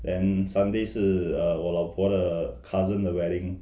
then sunday 是我老婆的 cousin 的 wedding